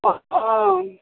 অঁ